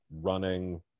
running